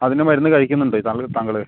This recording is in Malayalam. അതിന്റെ മരുന്ന് കഴിക്കുന്നുണ്ടോ താങ്കൾ താങ്കൾ